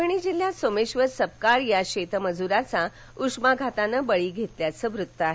परभणी जिल्ह्यात सोमेंबर सपकाळ या शेतमजूराचा उष्माघातानं बळी घेतल्याचं वृत्त आहे